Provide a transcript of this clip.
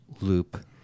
loop